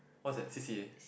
what's that C_C_A